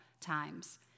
times